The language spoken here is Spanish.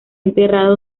enterrado